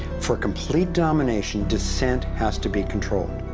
for complete domination, dissent has to be controlled.